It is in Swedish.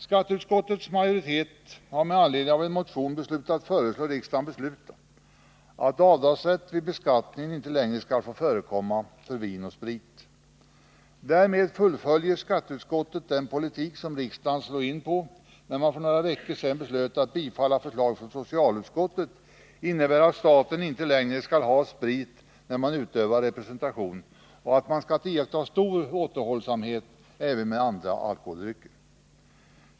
Skatteutskottets majoritet har med anledning av en motion enats om att föreslå riksdagen besluta att avdragsrätt vid beskattningen inte längre skall få förekomma för vin och sprit i samband med företagsrepresentation. Därmed fullföljer skatteutskottet den politik som riksdagen slog in på när man för några veckor sedan beslöt att bifalla förslag från socialutskottet, innebärande att staten inte längre skall ha sprit med när man utövar representation, och att man skall iaktta stor återhållsamhet även med andra alkoholdrycker.